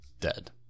Dead